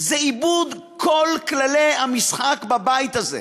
זה איבוד כל כללי המשחק בבית הזה.